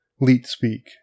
leet-speak